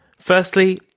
Firstly